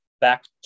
back